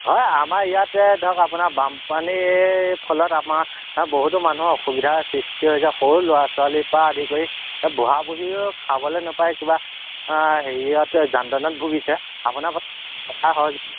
হয় আমাৰ ইয়াতে ধৰক আপোনাৰ বামপানীৰ এই ফলত আমাৰ বহুতো মানুহৰ অসুবিধাৰ সৃষ্টি হৈছে সৰু ল'ৰা ছোৱালীৰপৰা আদি কৰি বুঢ়া বুঢ়ীও খাবলৈ নাপায় কিবা হেৰিয়াত এই যান্ত্ৰনাত ভুগিছে আপোনাৰপৰা সহায়